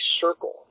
circle